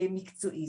ומקצועי.